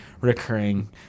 recurring